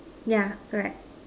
yeah correct